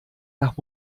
nach